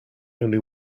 only